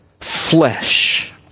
flesh